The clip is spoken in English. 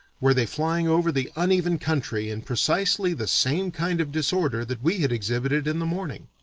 were they flying over the uneven country in precisely the same kind of disorder that we had exhibited in the morning.